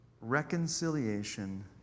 Reconciliation